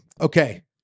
Okay